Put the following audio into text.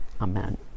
Amen